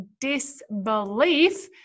disbelief